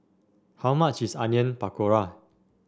how much is Onion Pakora